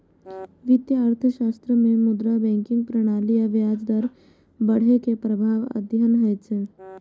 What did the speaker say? वित्तीय अर्थशास्त्र मे मुद्रा, बैंकिंग प्रणाली आ ब्याज दर बढ़ै के प्रभाव अध्ययन होइ छै